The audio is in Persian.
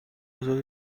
اثرات